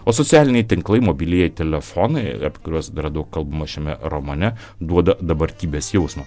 o socialiniai tinklai mobilieji telefonai apie kuriuos dar daug kalbama šiame romane duoda dabartybės jausmą